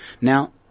Now